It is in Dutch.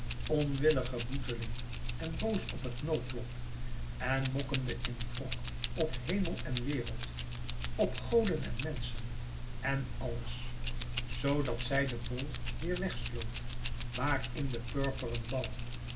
onwillige boeteling en boos op het noodlot en mokkende in wrok op hemel en wereld op goden en menschen en alles zoo dat zij den bol weêr weg sloot waar in de purperen bal